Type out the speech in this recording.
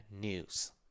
news